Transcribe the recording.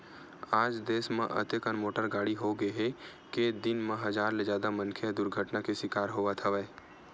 आज देस म अतेकन मोटर गाड़ी होगे हे के दिन म हजार ले जादा मनखे ह दुरघटना के सिकार होवत हवय